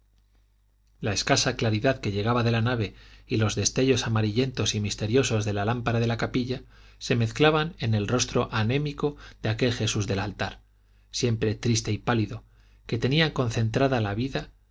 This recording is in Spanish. la escasa claridad que llegaba de la nave y los destellos amarillentos y misteriosos de la lámpara de la capilla se mezclaban en el rostro anémico de aquel jesús del altar siempre triste y pálido que tenía concentrada la vida